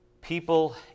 People